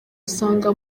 usanga